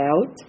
out